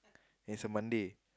it's a Monday